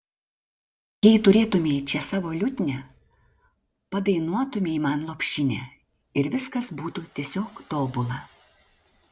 jei turėtumei čia savo liutnią padainuotumei man lopšinę ir viskas būtų tiesiog tobula